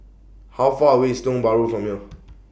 How Far away IS Tiong Bahru from here